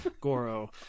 Goro